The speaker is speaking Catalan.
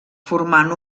formant